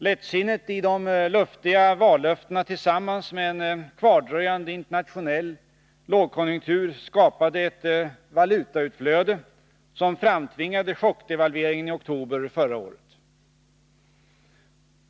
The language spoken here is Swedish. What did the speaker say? Lättsinnet i de luftiga vallöftena tillsammans med en kvardröjande internationell lågkonjunktur skapade det valutautflöde, som framtvingade chockdevalveringen i oktober förra året.